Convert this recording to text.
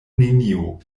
neniu